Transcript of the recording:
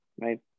right